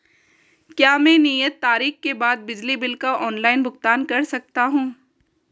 क्या मैं नियत तारीख के बाद बिजली बिल का ऑनलाइन भुगतान कर सकता हूं?